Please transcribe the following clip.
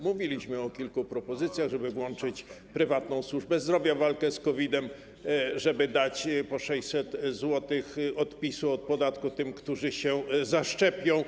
Mówiliśmy o kilku propozycjach: żeby włączyć prywatną służbę zdrowia w walkę z COVID-em, żeby dać po 600 zł odpisu od podatku tym, którzy się zaszczepią.